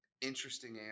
interesting